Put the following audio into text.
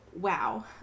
wow